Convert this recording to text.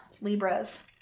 Libras